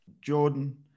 Jordan